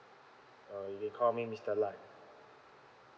uh you can call me mister lai